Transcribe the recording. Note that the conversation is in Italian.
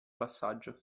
passaggio